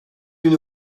une